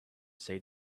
say